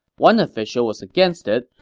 one official was against it,